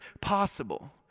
possible